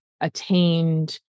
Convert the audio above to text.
attained